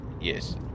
Yes